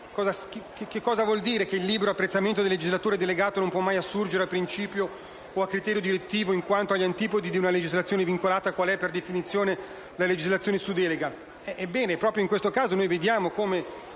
Ma cosa vuol dire che il libero apprezzamento del legislatore delegato non può mai assurgere a principio o a criterio direttivo in quanto agli antipodi di una legislazione vincolata, qual è per definizione la legislazione su delega?